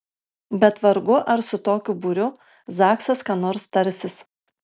bet vargu ar su tokiu būriu zaksas ką nors tarsis